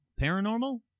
Paranormal